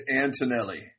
Antonelli